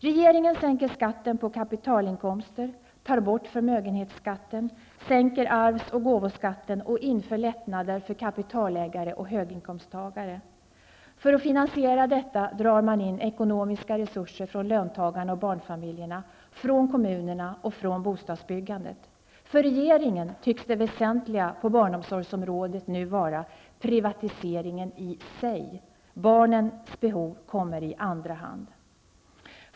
Regeringen sänker skatten på kapitalinkomster, tar bort förmögenhetsskatten, sänker arvs och gåvoskatten och inför lättnader för kapitalägare och höginkomsttagare. För att finansiera detta drar man in ekonomiska resurser från löntagarna och barnfamiljerna, från kommunerna och från bostadsbyggandet. För regeringen tycks det väsentliga på barnomsorgsområdet nu vara privatiseringen i sig. Barnens behov kommer i andra hand.